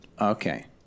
Okay